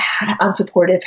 unsupportive